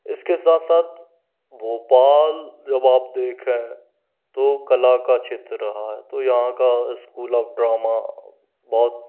इसके साथ साथ भोपाल जब आप देखें तो कला का क्षेत्र रहा है तो यहाँ का स्कूल ऑफ ड्रामा बहुत